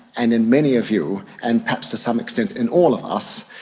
and in many of you, and perhaps to some extent in all of us,